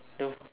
the